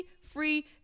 free